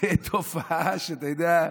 זאת תופעה, אתה יודע,